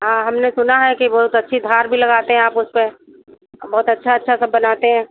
हाँ हमने सुना है कि बहुत अच्छी धार भी लगाते आप उसपर बहुत अच्छा अच्छा सब बनाते हैं